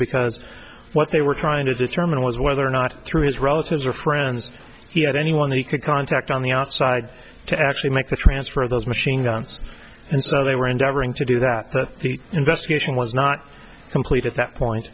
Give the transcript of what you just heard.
because what they were trying to determine was whether or not through his relatives or friends he had anyone he could contact on the outside to actually make the transfer of those machine guns and so they were endeavoring to do that that he investigation was not complete at that point